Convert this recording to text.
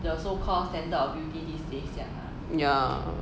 yeah